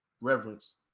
reverence